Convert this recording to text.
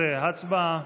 16, הצבעה.